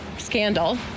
scandal